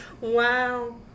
Wow